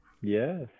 yes